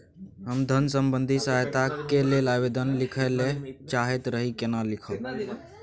हम धन संबंधी सहायता के लैल आवेदन लिखय ल चाहैत रही केना लिखब?